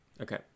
Okay